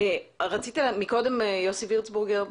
יוסי וירצבורגר,